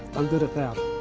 i'm good at that